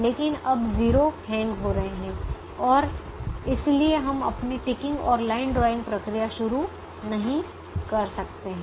लेकिन अब 0 हैंग हो रहे हैं और इसलिए हम अपनी टिकिंग और लाइन ड्राइंग प्रक्रिया शुरू नहीं कर सकते हैं